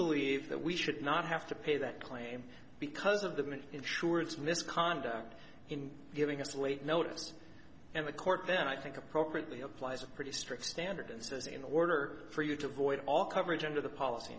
believe that we should not have to pay that claim because of the many insurance misconduct in giving us late notice and the court then i think appropriately applies a pretty strict standard and says in order for you to avoid all coverage under the policy